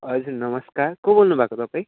हजुर नमस्कार को बोल्नु भएको तपाईँ